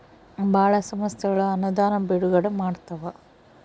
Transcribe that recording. ಭಾಳ ಸಂಸ್ಥೆಗಳು ಅನುದಾನ ಬಿಡುಗಡೆ ಮಾಡ್ತವ